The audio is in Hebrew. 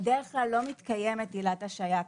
בדרך כלל לא מתקיימת עילת השהיה כזאת,